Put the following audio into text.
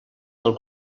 del